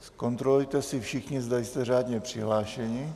Zkontrolujte si všichni, zda jste řádně přihlášeni.